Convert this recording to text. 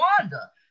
Wanda